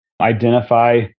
identify